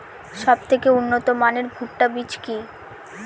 সবথেকে উন্নত মানের ভুট্টা বীজ কি?